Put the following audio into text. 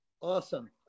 Awesome